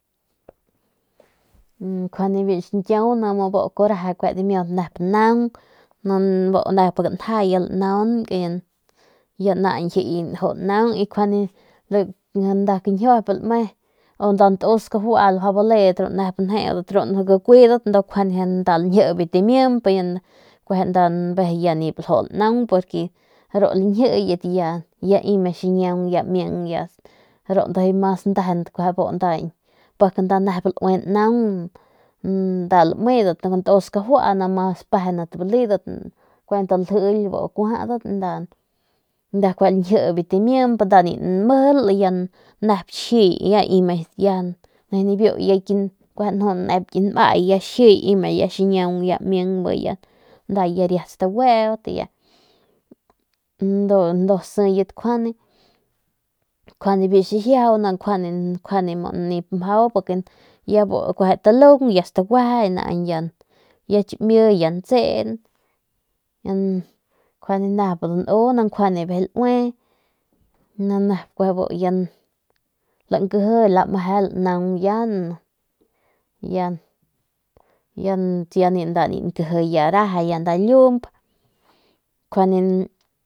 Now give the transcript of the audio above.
Kjuande biu xiñkiau ni bu kuaju reje dimiut nep naung ni nep kanja ni lanaunk naañ ji ya ni nju naung njuande nda kañjiup lame njuande nda ntus skajua baledat ru nep njeudat ru gakuidat ndu njuende nda lañjibat mimp ya ru lañjiyat ya ime xiñiaung ru ndujuy mas ndejenat bu nep nda laui naung nda lamedat ntus skajua mas pejendat baledat kuent ljil ya kueje lañjibat mimp y si nda ni mijily ya xijiy ya nibiu nju ki nmay ya xijiy ya ime ya xiñiaung ya ming ya nda riat stagueut ya siy njuande biu xijiaju ni njuande nip mjau ya bu bu talung ya stagueje ya naañ ya y chimi ya ntsen y njuande nep danu ni ya bijiy laue ya nep lankiji lameje lanaung ya nda ni nkiji reje nda lump.